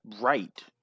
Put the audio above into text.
right